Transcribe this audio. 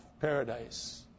paradise